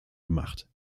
gemacht